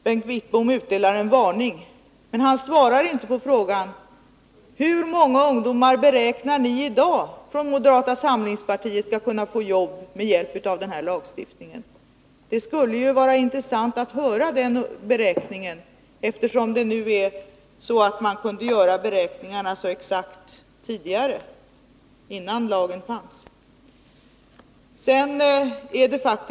Bengt Wittbom utdelar en varning, men han svarar inte på min fråga: Hur många ungdomar beräknar ni från moderata samlingspartiet skall få jobb med hjälp av denna lagstiftning? Det skulle vara intressant att höra det, eftersom man kunde göra så exakta beräkningar innan lagen fanns.